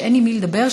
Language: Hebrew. שאין עם מי לדבר,